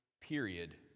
period